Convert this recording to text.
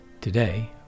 Today